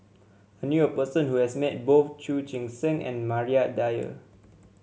I knew a person who has met both Chu Chee Seng and Maria Dyer